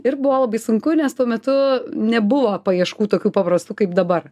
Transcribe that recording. ir buvo labai sunku nes tuo metu nebuvo paieškų tokių paprastų kaip dabar